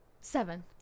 Seven